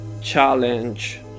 challenge